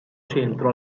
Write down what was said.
centro